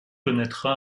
connaîtra